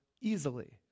easily